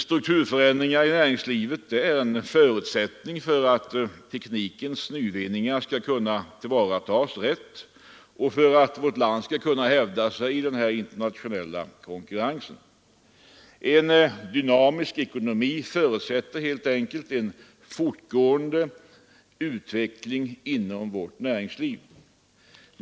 Strukturförändringar i näringslivet är en förutsättning för att teknikens nyvinningar skall kunna tillvaratas rätt och för att vårt land skall kunna hävda sig i den internationella konkurrensen. En dynamisk ekonomi förutsätter helt enkelt en fortgående utveckling inom vårt näringsliv.